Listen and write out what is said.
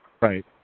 Right